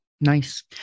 Nice